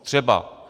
Třeba.